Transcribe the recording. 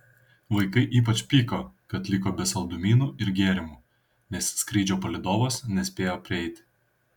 vaikai ypač pyko kad liko be saldumynų ir gėrimų nes skrydžio palydovas nespėjo prieiti